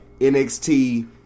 NXT